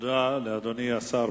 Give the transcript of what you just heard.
תודה לאדוני השר.